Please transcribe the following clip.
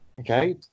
Okay